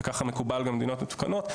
וככה גם מקובל במדינות מתוקנות,